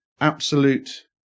absolute